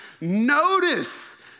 Notice